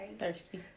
thirsty